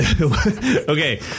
Okay